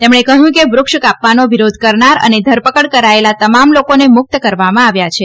તેમણે કહ્યું કે વૃક્ષ કાપવાનો વિરોધ કરનાર અને ધરપકડ કરાયેલા તમામ લોકોને મુક્ત કરવામાં આવ્યા છે